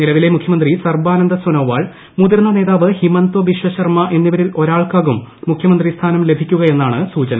നിലവിലെ മുഖൃമന്ത്രി സർബാനന്ദ സൊനോവാൾ മുതിർന്ന നേതാവ് ഹിമന്ത ബിശ്വ ശർമ്മ എന്നിവരിൽ ഒരാൾക്കാകും മുഖ്യമന്ത്രി സ്ഥാനം ലഭിക്കുക എന്നാണ് സൂചന